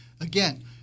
Again